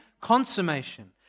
consummation